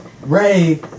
Ray